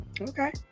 Okay